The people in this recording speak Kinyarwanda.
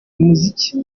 umuziki